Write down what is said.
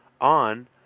on